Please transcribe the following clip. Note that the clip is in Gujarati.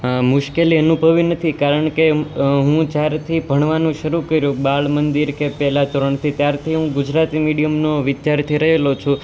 મુશ્કેલી અનુભવી નથી કારણ કે હું જ્યારથી ભણવાનું શરૂ કર્યું બાળ મંદિર કે પહેલા ધોરણથી ત્યારથી હું ગુજરાતી મીડિયમનો વિદ્યાર્થી રહેલો છું